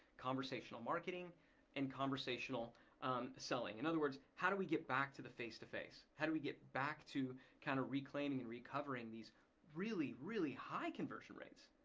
conversational marketing and conversational selling. in other words, how do we get back to the face-to-face? how do we get back to kind of reclaiming and recovering these really, really high conversion rates?